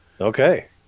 Okay